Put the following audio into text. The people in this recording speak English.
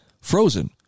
frozen